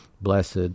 blessed